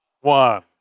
one